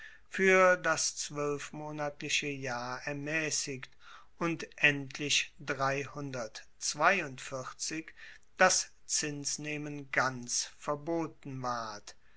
fuer das zwoelfmonatliche jahr ermaessigt und endlich das zinsnehmen ganz verboten ward